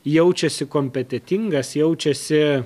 jaučiasi kompetetingas jaučiasi